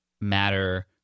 matter